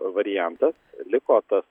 variantas liko tas